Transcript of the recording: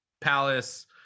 palace